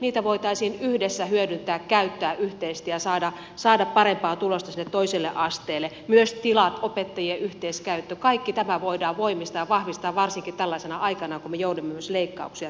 niitä voitaisiin yhdessä hyödyntää käyttää yhteisesti ja saada parempaa tulosta sinne toiselle asteelle myös tilat opettajien yhteiskäyttö kaikki tämä voitaisiin voimistaa ja vahvistaa varsinkin tällaisena aikana kun me joudumme myös leikkauksia tekemään